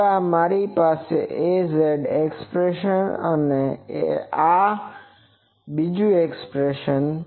હવે મારી પાસે Az માટે એક્સ્પ્રેસન છે આ એક્સ્પ્રેસન છે